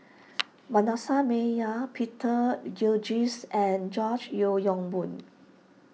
Manasseh Meyer Peter Gilchrist and George Yeo Yong Boon